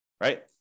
right